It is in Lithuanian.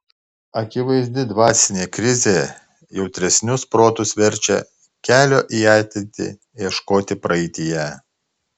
akivaizdi dvasinė krizė jautresnius protus verčia kelio į ateitį ieškoti praeityje